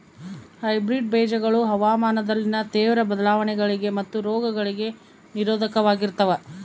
hybrid ಬೇಜಗಳು ಹವಾಮಾನದಲ್ಲಿನ ತೇವ್ರ ಬದಲಾವಣೆಗಳಿಗೆ ಮತ್ತು ರೋಗಗಳಿಗೆ ನಿರೋಧಕವಾಗಿರ್ತವ